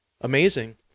Amazing